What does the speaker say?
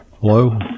Hello